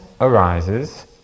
arises